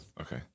Okay